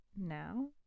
now